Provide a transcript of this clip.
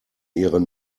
ihre